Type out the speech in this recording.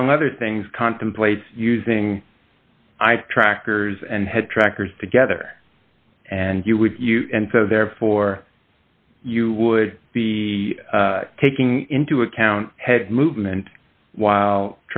among other things contemplates using trackers and had trackers together and you would use and so therefore you would be taking into account head movement while